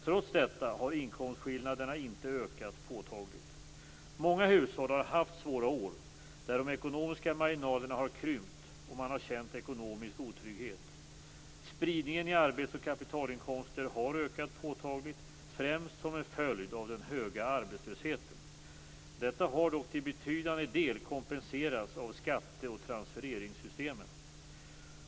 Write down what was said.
Trots detta har inkomstskillnaderna inte ökat påtagligt. Många hushåll har haft svåra år där de ekonomiska marginalerna har krympt och man har känt ekonomisk otrygghet. Spridningen i arbets och kapitalinkomster har ökat påtagligt, främst som en följd av den höga arbetslösheten. Detta har dock till betydande del kompenserats av skatte och transfereringssystemen.